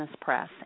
press